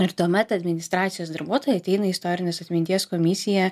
ir tuomet administracijos darbuotojai ateina į istorinės atminties komisija